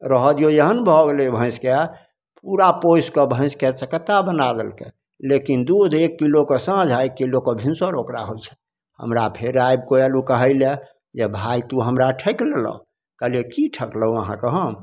रहऽ दियौ एहन भऽ गेलय भैंसके पूरा पोसिके भैंसके से कत्ता बना देलकै लेकिन दुध एक किलोकऽ साँझ आओर एक किलो कऽ भिनसर ओकरा होइ छलै हमरा फेर आबिकऽ ओ आयल कहय लए जे भाइ तू हमरा ठकि लेलऽ कहलियै की ठकलहुँ अहाँके हम